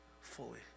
Fully